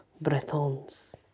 Bretons